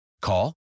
Call